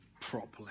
properly